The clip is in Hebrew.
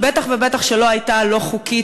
היא בטח ובטח לא הייתה לא חוקית,